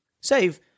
save